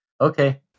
Okay